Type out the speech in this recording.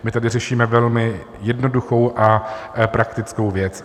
My tady řešíme velmi jednoduchou a praktickou věc.